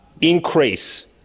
increase